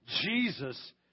Jesus